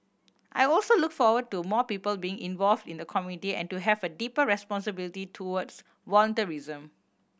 I also look forward to more people being involved in the community and to have a deeper responsibility towards volunteerism